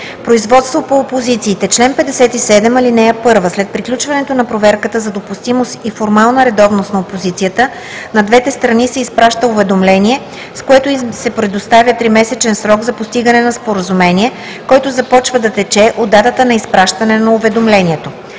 „Производство по опозициите Чл. 57. (1) След приключването на проверката за допустимост и формална редовност на опозицията на двете страни се изпраща уведомление, с което им се предоставя тримесечен срок за постигане на споразумение, който започва да тече от датата на изпращане на уведомлението.